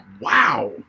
wow